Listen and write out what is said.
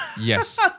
Yes